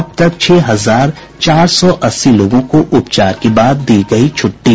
अब तक छह हजार चार सौ अस्सी लोगों को उपचार के बाद दी गयी छुट्टी